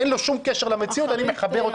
אין לו שום קשר למציאות ואני מחבר אותו למציאות.